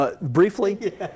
Briefly